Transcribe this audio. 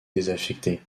désaffecté